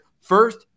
first